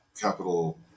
capital